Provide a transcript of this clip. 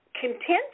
contention